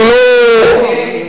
אני לא, אני הייתי,